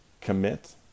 Commit